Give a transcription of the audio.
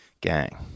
Gang